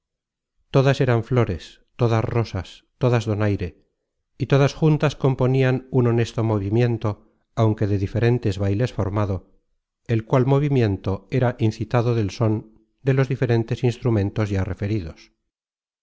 todas eran aores todas rosas todas donaire y todas juntas componian un honesto movimiento aunque de diferentes bailes formado el cual movimiento era incitado del són de los diferentes instrumentos ya referidos